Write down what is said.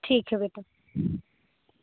ठीक है बेटा